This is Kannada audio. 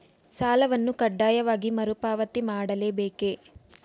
ಸಾಲವನ್ನು ಕಡ್ಡಾಯವಾಗಿ ಮರುಪಾವತಿ ಮಾಡಲೇ ಬೇಕೇ?